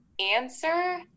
answer